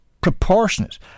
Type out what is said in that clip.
proportionate